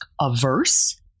averse